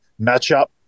matchup